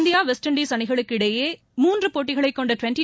India West Indies அணிகளுக்கு இடையே மூன்று போட்டிகளை கொண்ட டுவென்ட்டி